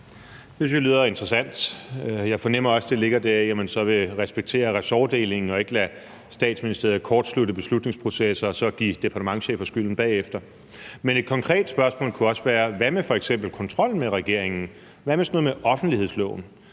jeg lyder interessant. Jeg fornemmer også, at der ligger deri, at man så vil respektere ressortfordelingen og ikke lade Statsministeriet kortslutte beslutningsprocesser og så give departementschefer skylden bagefter. Men et konkret spørgsmål kunne også være: Hvad med f.eks. kontrollen med regeringen? Hvad med sådan noget som offentlighedsloven?